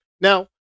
Now